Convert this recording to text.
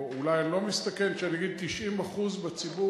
או אולי אני לא מסתכן כשאני אומר: 90% מהציבור